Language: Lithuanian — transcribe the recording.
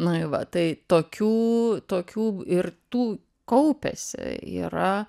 na i va tai tokių tokių ir tų kaupiasi yra